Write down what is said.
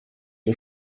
ihr